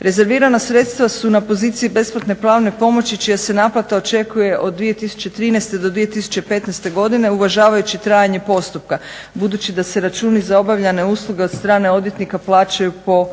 Rezervirana sredstva su na poziciji besplatne pravne pomoći čija se naplata očekuje od 2013. do 2015. godine uvažavajući trajanje postupka, budući da se računi za obavljene usluge od strane odvjetnika plaćaju po